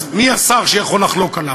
אז מי השר שיכול לחלוק עליו?